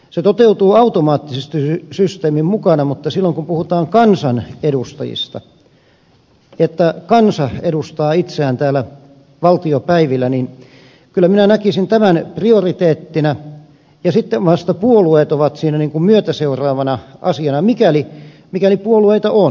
se toteutuu automaattisesti systeemin mukana mutta silloin kun puhutaan kansan edustajista että kansa edustaa itseään täällä valtiopäivillä niin kyllä minä näkisin tämän prioriteettina ja sitten vasta puolueet ovat siinä niin kuin myötäseuraavana asiana mikäli puolueita on